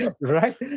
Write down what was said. right